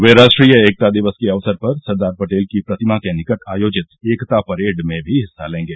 वे राष्ट्रीय एकता दिवस के अवसर पर सरदार पटेल की प्रतिमा के निकट आयोजित एकता परेड में भी हिस्सा लेंगे